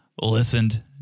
listened